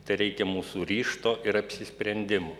tereikia mūsų ryžto ir apsisprendimo